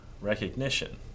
recognition